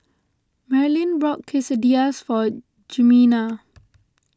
Marlin bought Quesadillas for Jimena